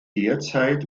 zurzeit